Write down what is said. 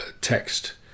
text